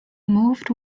moved